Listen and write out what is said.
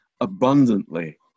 abundantly